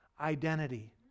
identity